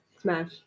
Smash